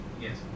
Yes